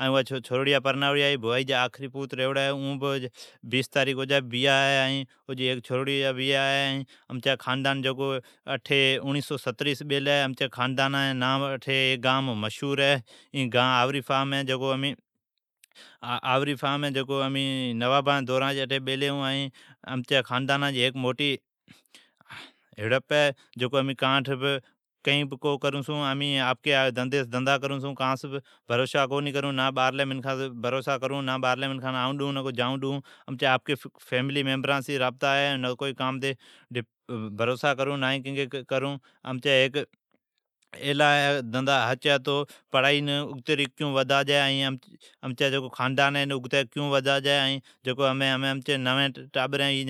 ائین دو چھورڑیا پرنائوڑیا ھی ائین پوت ریئوڑی ھوی او جا بیس تاریخ بیا ھوی۔ جکو او جی خاندان اوڑیھ سو ستریس اٹھی بیلی ھوی۔ امچی خاندانا جی نا ای گام مشھور ہے۔ این گاہ آھوری فارم ھے۔ امین نوابان جی دورا جی اٹھی بیلی ھون۔ امین نکو باھرلی منکھان آئون ڈیئون نکو جائون ڈیئون ائی امچا فیملی میمبرانس رابطا ہے۔ پڑھائین اگتی کیون ودھاجی ائین خاندانان اگتی خیون ودھاجی ائین امچین جکو ٹابرین